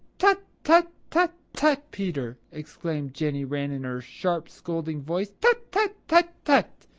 tut, tut, tut, tut, peter! exclaimed jenny wren in her sharp, scolding voice. tut, tut, tut, tut!